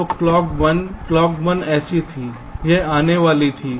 तो clock 1 clock 1 ऐसी थी यह आने वाली थी